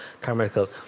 Carmichael